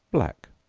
black.